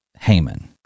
Haman